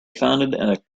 founded